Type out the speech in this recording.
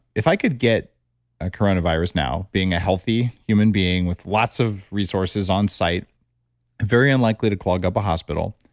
if i could get ah coronavirus now, now, being a healthy human being with lots of resources on site very unlikely to clog up a hospital.